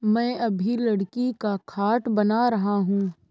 मैं अभी लकड़ी का खाट बना रहा हूं